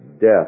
death